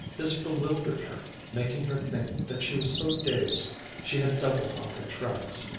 this bewildered her, making her think that she was so dazed she had doubled on her tracks.